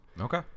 okay